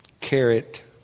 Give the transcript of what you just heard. Carrot